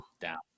down